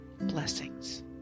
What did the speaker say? blessings